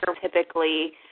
typically